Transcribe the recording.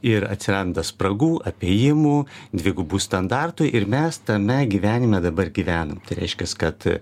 ir atsiranda spragų apėjimų dvigubų standartų ir mes tame gyvenime dabar gyvenam tai reiškias kad